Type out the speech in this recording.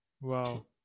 Wow